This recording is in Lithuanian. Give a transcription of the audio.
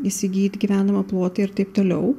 įsigyt gyvenamą plotą ir taip toliau